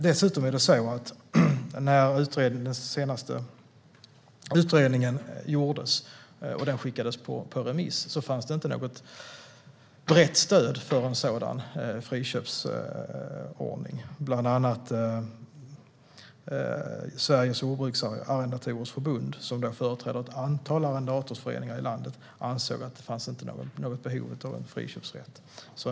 Dessutom är det så att när den senaste utredningen gjordes och skickades på remiss fanns det inte något brett stöd för en sådan friköpsordning. Bland annat Sveriges jordbruksarrendatorers förbund som företräder ett antal arrendatorsföreningar i landet ansåg att det inte fanns något behov av en friköpsrätt.